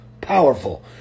powerful